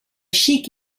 xic